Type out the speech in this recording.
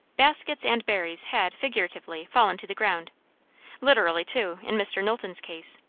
baskets and berries had, figuratively, fallen to the ground literally too, in mr. knowlton's case,